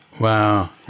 wow